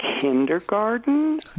kindergarten